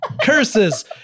Curses